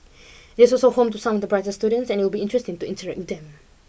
it is also home to some of the brightest students and it would be interesting to interact with them